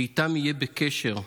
שאיתם יהיה בקשר,